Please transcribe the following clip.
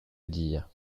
dire